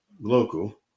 local